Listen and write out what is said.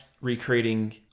recreating